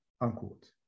unquote